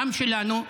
וגם שלנו,